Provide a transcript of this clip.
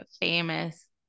famous